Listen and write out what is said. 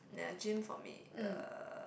ya gym for me ya